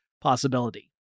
possibility